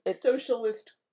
socialist